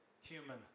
human